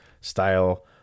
style